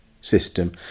system